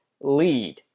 lead